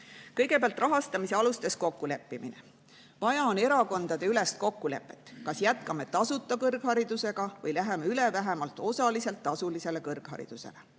Kõigepealt rahastamise alustes kokkuleppimine. Vaja on erakondadeülest kokkulepet, kas jätkame tasuta kõrgharidusega või läheme üle vähemalt osaliselt tasulisele kõrgharidusele.